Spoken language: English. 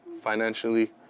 financially